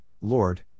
Lord